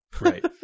Right